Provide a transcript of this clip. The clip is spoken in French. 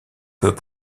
peut